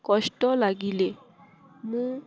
କଷ୍ଟ ଲାଗିଲେ ମୁଁ